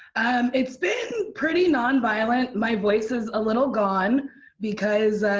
um it's been pretty nonviolent. my voice is a little gone because,